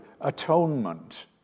atonement